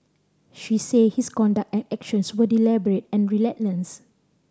she said his conduct and actions were deliberate and relentless